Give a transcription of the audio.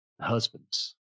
husbands